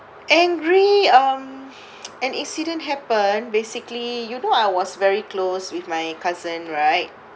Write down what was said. angry um an incident happen basically you know I was very close with my cousin right